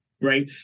Right